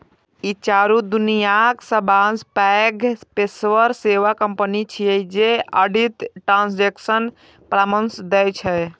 ई चारू दुनियाक सबसं पैघ पेशेवर सेवा कंपनी छियै जे ऑडिट, ट्रांजेक्शन परामर्श दै छै